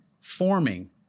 Forming